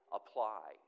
apply